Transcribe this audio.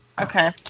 Okay